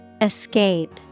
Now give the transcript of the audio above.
Escape